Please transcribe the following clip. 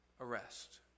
arrest